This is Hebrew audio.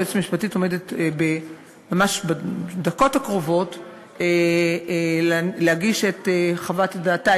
היועצת המשפטית עומדת ממש בדקות הקרובות להגיש את חוות דעתה,